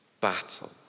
battle